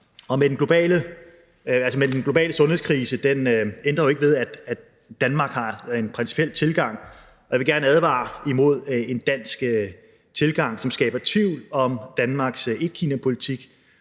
parter. Den globale sundhedskrise ændrer jo ikke ved, at Danmark har en principiel tilgang, og jeg vil gerne advare imod en dansk tilgang, som skaber tvivl om Danmarks etkinapolitik.